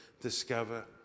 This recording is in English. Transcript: discover